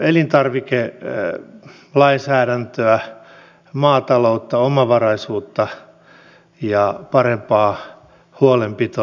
parempaa koulutusta parempaa elintarvikelainsäädäntöä maataloutta omavaraisuutta ja parempaa huolenpitoa vähävaraisista